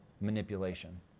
manipulation